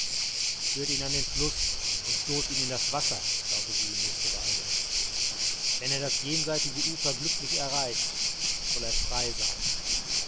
führt ihn an den fluß und stoßt ihn in das wasser lautete die nächste weisung wenn er das jenseitige ufer glücklich erreicht soll er frei sein